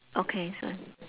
okay so